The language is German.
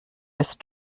ist